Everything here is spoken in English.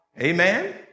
Amen